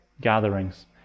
gatherings